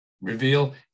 reveal